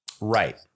Right